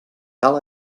cal